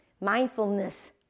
mindfulness